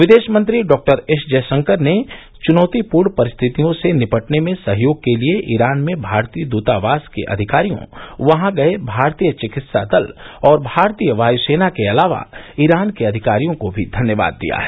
विदेश मंत्री doctor S Jaishankar ने चुनौतीपूर्ण परिस्थतियों से निपटने में सहयोग के लिए ईरान में भारतीय दूतावास के अधिकारियों वहां गए भारतीय चिकित्सा दल और भारतीय वायू सेना के अलावा ईरान के अधिकारियों को भी धन्यवाद दिया है